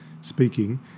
speaking